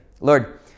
Lord